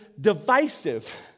divisive